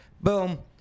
boom